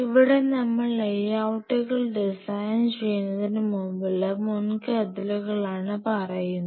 ഇവിടെ നമ്മൾ ലേയൌട്ടുകൾ ഡിസൈൻ ചെയ്യുന്നതിന് മുൻപുള്ള മുന്കരുതലുകളാണ് പറയുന്നത്